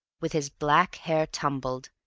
with his black hair tumbled,